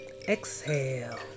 exhale